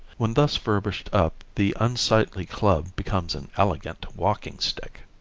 when thus furbished up the unsightly club becomes an elegant walking stick.